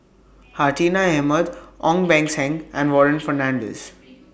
Hartinah Ahmad Ong Beng Seng and Warren Fernandez